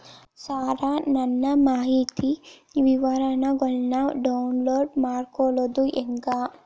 ಸರ ನನ್ನ ಖಾತಾ ಮಾಹಿತಿ ವಿವರಗೊಳ್ನ, ಡೌನ್ಲೋಡ್ ಮಾಡ್ಕೊಳೋದು ಹೆಂಗ?